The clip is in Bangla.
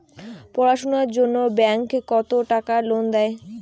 পড়াশুনার জন্যে ব্যাংক কত টাকা লোন দেয়?